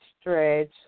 stretch